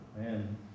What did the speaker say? man